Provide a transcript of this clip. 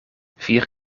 vier